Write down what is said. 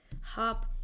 hop